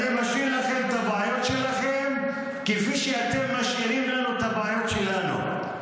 אני משאיר לכם את הבעיות שלכם כפי שאתם משאירים לנו את הבעיות שלנו.